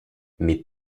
mes